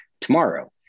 tomorrow